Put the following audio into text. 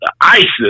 ISIS